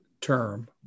term